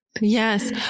Yes